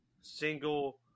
single